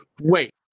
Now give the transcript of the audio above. wait